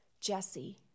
Jesse